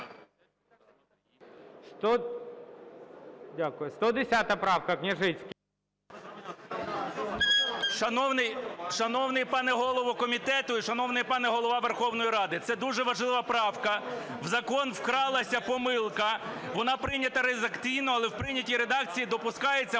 Шановний пане голово комітету і шановний пане Голова Верховної Ради! Це дуже важлива правка. В закон вкралася помилка. Вона прийнята редакційно, але в прийнятій редакції допускається